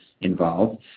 involved